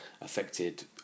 affected